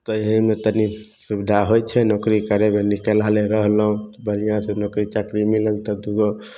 तऽ ईएहेमे तनी सुविधा होइ छै नौकरी करयमे नीके लाले रहलहुँ बढ़िआँसँ नौकरी चाकरी मिलल तब दुगो